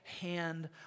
hand